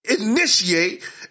initiate